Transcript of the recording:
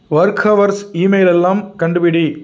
work hours email எல்லாம் கண்டுபிடி